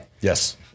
Yes